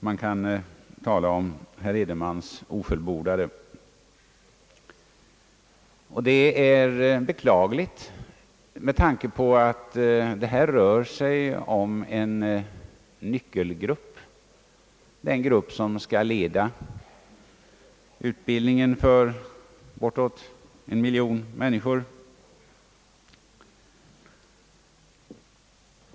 Man kan tala om »Edenmans ofullbordade». Det är beklagligt med tanke på att det här rör sig om en nyckelgrupp, en grupp som skall leda utbildningen för bortåt en miljon människor.